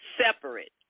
separate